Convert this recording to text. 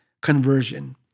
conversion